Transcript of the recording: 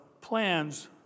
plans